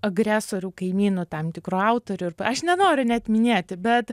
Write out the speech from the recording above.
agresorių kaimynų tam tikru autoriu aš nenoriu net minėti bet